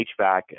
HVAC